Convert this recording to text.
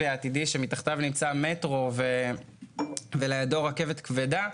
העתידי שמתחתיו נמצא המטרו ולידו רכבת כבדה,